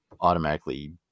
automatically